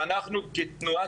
ואנחנו כתנועה,